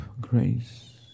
grace